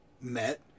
met